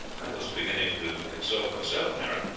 i was beginning to think so myself, harry.